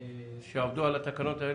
לא.